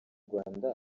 rwanda